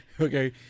okay